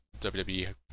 WWE